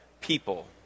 people